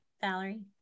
valerie